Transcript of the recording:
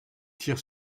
tire